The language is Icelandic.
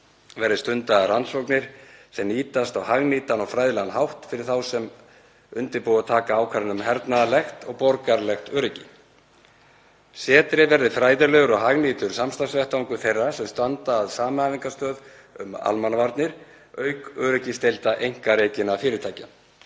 verði stundaðar rannsóknir sem nýtast á hagnýtan og fræðilegan hátt fyrir þá sem undirbúa og taka ákvarðanir um hernaðarlegt og borgaralegt öryggi. Setrið verði fræðilegur og hagnýtur samstarfsvettvangur þeirra sem standa að samhæfingarstöð um almannavarnir auk öryggisdeilda einkarekinna fyrirtækja.